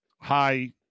high